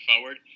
forward